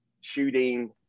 shooting